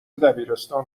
دبیرستان